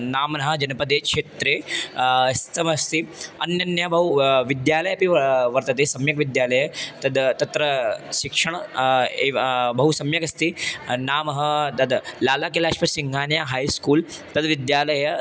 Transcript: नाम्नः जनपदे क्षेत्रे स्थितमस्ति अन्यान्यः बहु विद्यालयाः अपि वर्तन्ते सम्यक् विद्यालयः तद् तत्र शिक्षणं एव बहु सम्यगस्ति नाम तद् लालाकिलाश्वसिङ्घानिया हैस्कूल् तद् विद्यालयः